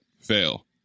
fail